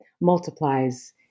multiplies